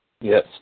Yes